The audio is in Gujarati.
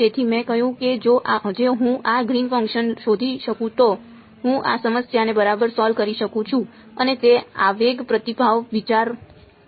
તેથી મેં કહ્યું કે જો હું આ ગ્રીન ફંક્શન શોધી શકું તો હું આ સમસ્યાને બરાબર સોલ્વ કરી શકું છું અને તે આવેગ પ્રતિભાવ વિચાર હતો